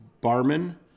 Barman